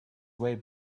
way